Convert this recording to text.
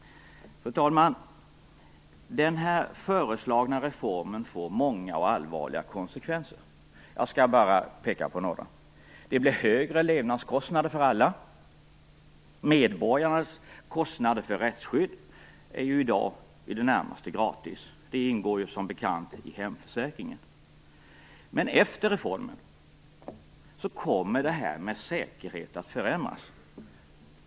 Fru talman! Den föreslagna reformen får många och allvarliga konsekvenser. Jag skall peka på några. Den innebär högre levnadskostnader för alla. Medborgarens rättsskydd är ju i dag i det närmaste gratis. Det ingår ju som bekant i hemförsäkringen. Efter reformen kommer det här med säkerhet att förändras.